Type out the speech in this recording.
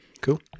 cool